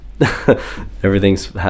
everything's